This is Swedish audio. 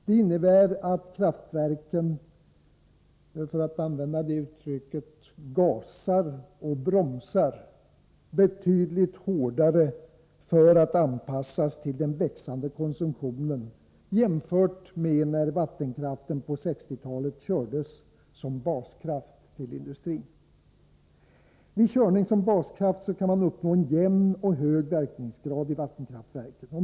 Det innebär att kraftverken ”gasar och bromsar” betydligt hårdare för att anpassas till den växlande konsumtionen jämfört med när vattenkraftverken på 1960-talet kördes som baskraft till industrin. Vid körning som baskraft kan man uppnå en jämn och hög verkningsgrad i vattenkraftverken.